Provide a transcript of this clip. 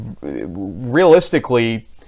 Realistically